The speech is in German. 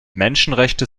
menschenrechte